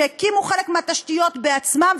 הקימו חלק מהתשתיות בעצמם,